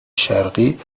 شرقی